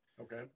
okay